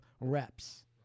reps